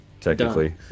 technically